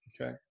Okay